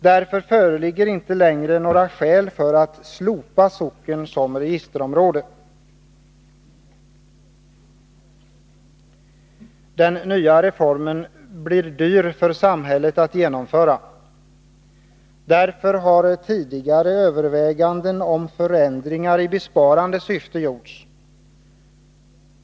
Därför föreligger inte längre några skäl för att slopa socken som registerområde. Den nya reformen blir dyr för samhället att genomföra. Därför har tidigare överväganden om förändringar i besparande syfte gjorts.